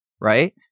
right